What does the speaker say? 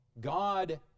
God